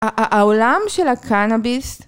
העולם של הקאנביסט